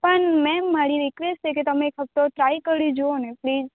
પણ મેમ મારી રિક્વેસ્ટ છે કે તમે એક હપ્તો ટ્રાય કરી જોવો ને પ્લીઝ